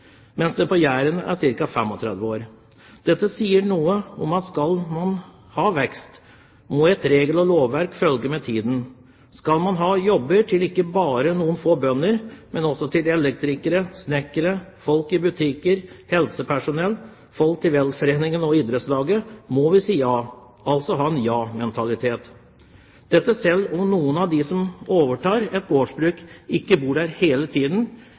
mens den på Jæren er 35 år. Dette sier noe om at skal man ha vekst, må et regel- og lovverk følge med i tiden. Skal man ha jobber ikke bare til noen få bønder, men også til elektrikere, snekkere, folk i butikker, helsepersonell, folk i velforening og idrettslag, må vi si ja, altså ha en ja-mentalitet, selv om noen av dem som overtar et gårdsbruk, ikke bor der hele tiden